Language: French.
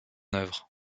œuvre